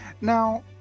Now